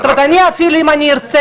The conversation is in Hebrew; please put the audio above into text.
זאת אומרת אפילו אם אני ארצה,